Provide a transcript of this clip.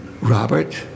Robert